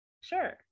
sure